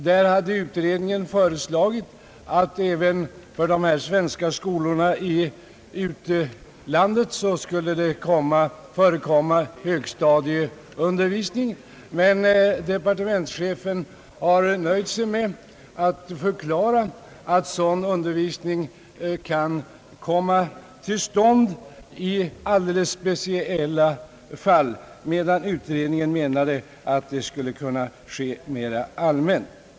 Där hade utredningen föreslagit att det skulle förekomma högstadieundervisning även i de svenska skolorna i utlandet. Departementschefen har nöjt sig med att förklara att sådan undervisning kan komma till stånd i alldeles speciella fall, medan utredningen menade att det skulle kunna ske mera allmänt.